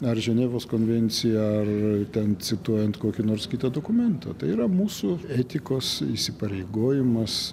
ar ženevos konvencija ar ten cituojant kokį nors kitą dokumentą tai yra mūsų etikos įsipareigojimas